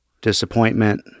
disappointment